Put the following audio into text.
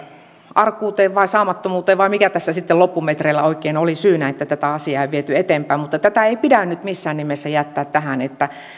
arkuus vai saamattomuus vai mikä tässä sitten loppumetreillä oikein syynä että tätä asiaa ei viety eteenpäin mutta tätä ei pidä nyt missään nimessä jättää tähän